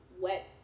wet